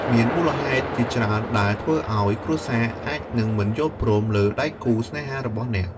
មានមូលហេតុជាច្រើនដែលធ្វើឲ្យគ្រួសារអាចនឹងមិនយល់ព្រមលើដៃគូស្នេហារបស់អ្នក។